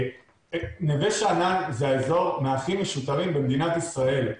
נווה שאנן זה האזור מהכי משוטרים במדינת ישראל.